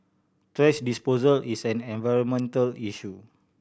thrash disposal is an environmental issue